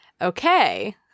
Okay